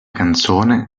canzone